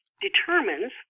determines